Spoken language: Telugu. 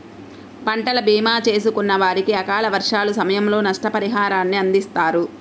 పంటల భీమా చేసుకున్న వారికి అకాల వర్షాల సమయంలో నష్టపరిహారాన్ని అందిస్తారు